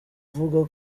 avuga